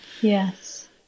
Yes